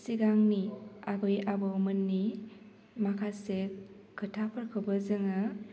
सिगांनि आबै आबौमोननि माखासे खोथाफोरखौबो जोङो